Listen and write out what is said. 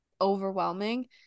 overwhelming